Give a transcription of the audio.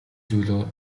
зүйл